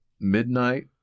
midnight